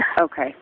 Okay